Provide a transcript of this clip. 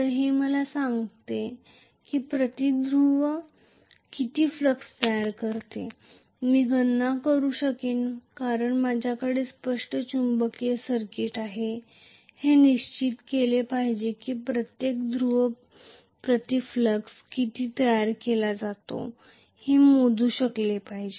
तर हे मला सांगते की प्रति ध्रुव किती फ्लक्स तयार होते मी गणना करू शकेन कारण माझ्याकडे स्पष्ट चुंबकीय सर्किट आहे हे निश्चित केले पाहिजे की प्रत्येक ध्रुव प्रति फ्लक्स किती तयार केला जातो हे मोजू शकले पाहिजे